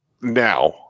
now